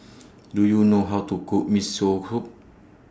Do YOU know How to Cook Miso Soup